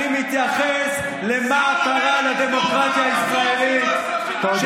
אני מתייחס למה קרה לדמוקרטיה הישראלית,